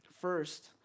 first